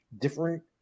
different